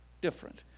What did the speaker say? different